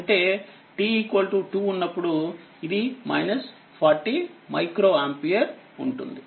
అంటే t2 ఉన్నప్పుడుఇది 40మైక్రోఆంపియర్ఉంటుంది